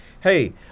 hey